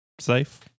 safe